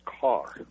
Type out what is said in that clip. car